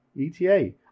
ETA